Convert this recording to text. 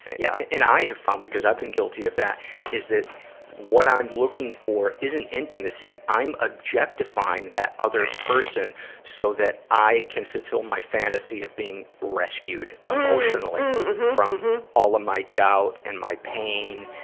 yeah and i have found because i've been guilty of that is that what i'm looking for isn't intimacy i'm objectifying that other person so that i can fulfil my fantasy of being rescued emotionally from all of my doubt and my pain,